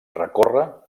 recorre